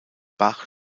bach